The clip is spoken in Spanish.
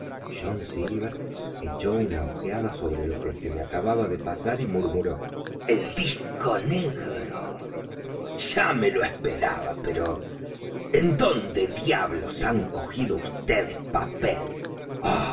john silver echó una ojeada sobre lo que se le acababa de pasar y murmuró el disco negro ya me lo esperaba pero en dónde diablos han cogido vds papel